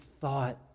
thought